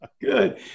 good